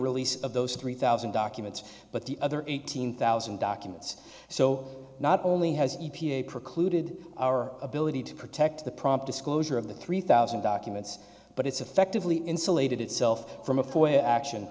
release of those three thousand documents but the other eighteen thousand documents so not only has e p a precluded our ability to protect the prompt disclosure of the three thousand documents but it's effectively insulated itself from of course action